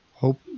Hope